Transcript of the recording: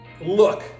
look